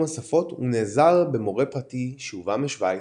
השפות ונעזר במורה פרטי שהובא משווייץ,